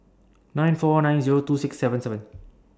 nine four nine Zero two six seven seven